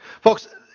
Folks